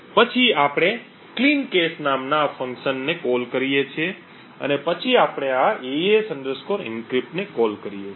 પછી આપણે cleancache નામના આ ફંક્શનને કોલ કરીએ છીએ અને પછી આપણે આ AES encrypt ને કોલ કરીએ છીએ